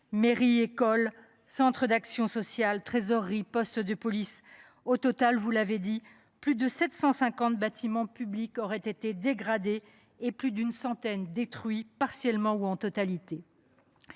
mairies, écoles, centres d’action sociale, trésoreries, postes de police. Au total, plus de 750 bâtiments publics auraient ainsi été dégradés et plus d’une centaine détruits, partiellement ou en totalité.